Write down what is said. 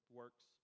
works